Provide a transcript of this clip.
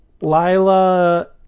Lila